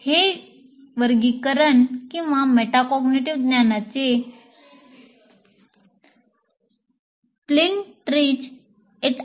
हे वर्गीकरण किंवा मेटाकॉग्निटिव्ह ज्ञानाचे प्लिंट्रिच इट